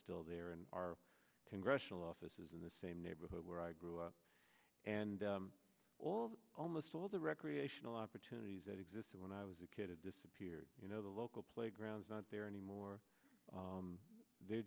still there and our congressional offices in the same neighborhood where i grew up and all that almost all the recreational opportunities that existed when i was a kid have disappeared you know the local playgrounds not there anymore they